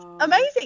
amazing